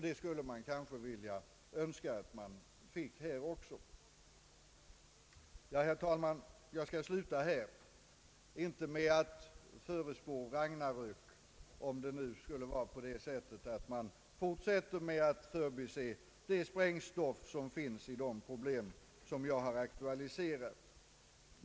Man skulle önska något sådant här också. Herr talman! Jag skall sluta här, inte med att förutspå Ragnarök om man nu fortsätter med att förbise det sprängstoff som finns i de problem jag har aktualiserat.